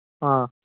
ꯑꯥ